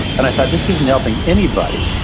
and i thought, this isn't helping anybody.